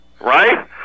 Right